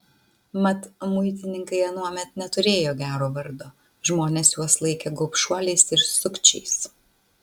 mat muitininkai anuomet neturėjo gero vardo žmonės juos laikė gobšuoliais ir sukčiais